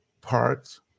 parts